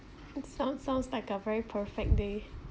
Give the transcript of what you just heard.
it sounds sounds like a very perfect day